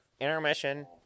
intermission